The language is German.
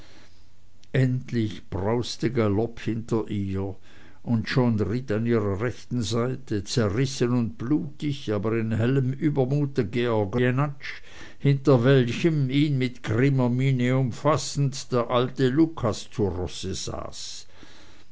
endlich brauste galopp hinter ihr und schon ritt an ihrer rechten seite zerrissen und blutig aber in hellem übermute georg jenatsch hinter welchem ihn mit grimmer miene umfassend der alte lucas zu rosse saß